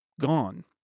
gone